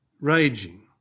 raging